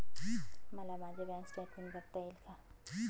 मला माझे bank statement बघता येईल का?